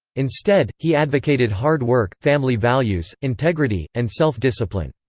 instead, he advocated hard work, family values, integrity, and self-discipline.